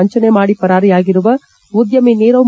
ವಂಚನೆ ಮಾಡಿ ಪರಾರಿಯಾಗಿರುವ ಉದ್ಲಮಿ ನೀರವ್